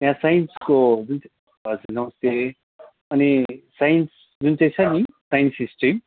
त्यहाँ साइन्सको जुन चाहिँ हजुर नमस्ते अनि साइन्स जुन चाहिँ छ नि साइन्स स्ट्रिम